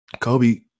Kobe